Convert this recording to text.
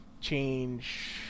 change